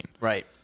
Right